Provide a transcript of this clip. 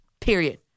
period